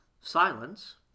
Silence